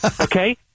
okay